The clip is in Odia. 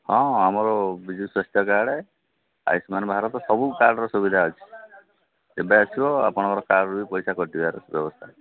ହଁ ଆମର ବିଜୁ ସ୍ୱାସ୍ଥ୍ୟ କାର୍ଡ୍ ଆୟୁଷ୍ନାନ୍ ଭାରତ ସବୁ କାର୍ଡ୍ର ସୁବିଧା ଅଛି ଯେବେ ଆସିବ ଆପଣଙ୍କ କାର୍ଡ୍ର ପଇସା କଟିବାର ବ୍ୟବସ୍ଥା